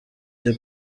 the